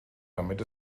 damit